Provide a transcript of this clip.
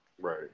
right